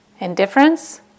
indifference